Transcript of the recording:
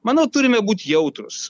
manau turime būt jautrūs